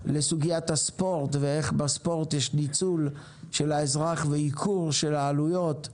סוגיית הספורט ואיך בספורט יש ניצול של האזרח וייקור של העלויות.